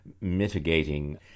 mitigating